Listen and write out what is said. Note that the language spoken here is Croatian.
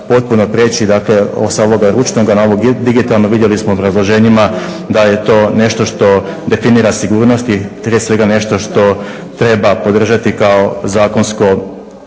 potpuno prijeći, dakle sa ovoga ručnoga na ovo digitalno. Vidjeli smo u obrazloženjima da je to nešto što definira sigurnost i prije svega nešto što treba podržati kao zakonsko